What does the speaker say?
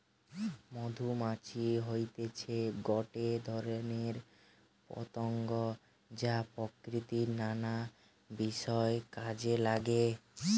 মধুমাছি হতিছে গটে ধরণের পতঙ্গ যা প্রকৃতির নানা বিষয় কাজে নাগে